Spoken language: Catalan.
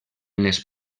les